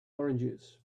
oranges